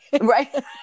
right